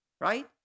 right